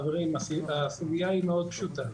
חברים, הסוגיה היא מאוד פשוטה.